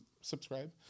subscribe